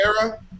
era